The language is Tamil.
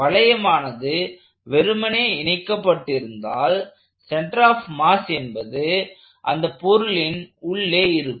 வளையமானது வெறுமனே இணைக்கப்பட்டிருந்தால் சென்டர் ஆப் மாஸ் என்பது அந்த பொருளின் உள்ளே இருக்கும்